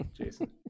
Jason